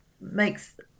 makes